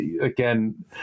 again